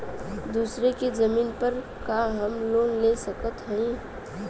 दूसरे के जमीन पर का हम लोन ले सकत हई?